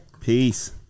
Peace